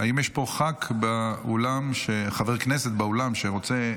האם יש פה חבר כנסת באולם שרוצה לדבר?